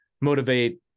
motivate